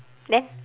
then